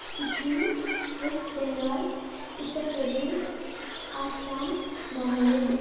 Sikkim west Bengal Uttar Pradesh Assam Nagaland